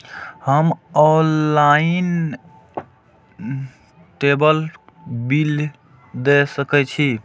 हम ऑनलाईनटेबल बील दे सके छी?